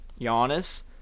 Giannis